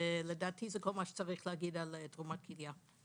לדעתי זה כל מה שצריך להגיד על תרומת כליה.